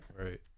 right